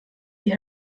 die